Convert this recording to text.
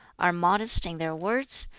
are modest in their words,